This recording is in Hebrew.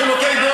כן,